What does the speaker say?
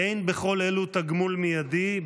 אין בכל אלו תגמול מיידי,